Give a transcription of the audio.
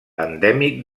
endèmic